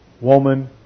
Woman